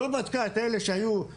לא בדקה את אלו שהיו,